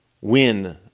win